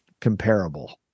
comparable